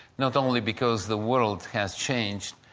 not only because the world has changed,